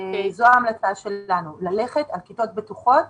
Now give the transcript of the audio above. זו ההמלצה שלנו ללכת על כיתות בטוחות